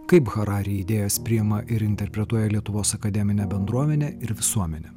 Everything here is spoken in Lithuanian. kaip hararė idėjos priima ir interpretuoja lietuvos akademinė bendruomenė ir visuomenė